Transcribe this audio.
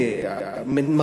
ז'בוטינסקי?